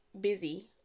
busy